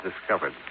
discovered